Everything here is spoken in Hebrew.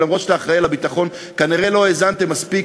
שאף שאתה אחראי לביטחון כנראה לא האזנתם מספיק,